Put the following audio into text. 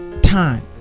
time